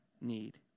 need